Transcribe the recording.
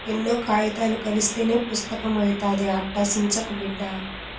ఎన్నో కాయితాలు కలస్తేనే పుస్తకం అయితాది, అట్టా సించకు బిడ్డా